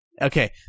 Okay